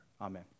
Amen